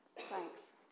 Thanks